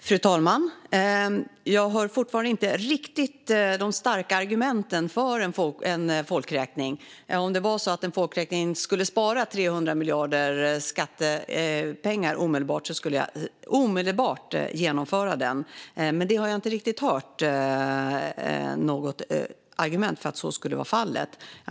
Herr talman! Jag hör fortfarande inte riktigt de starka argumenten för en folkräkning. Om det var så att en folkräkning skulle spara 300 miljarder skattekronor direkt skulle jag omedelbart genomföra en sådan. Men jag har inte riktigt hört något argument för att så skulle vara fallet.